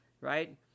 Right